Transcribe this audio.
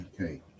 Okay